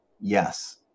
yes